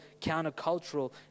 countercultural